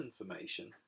information